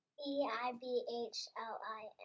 E-I-B-H-L-I-N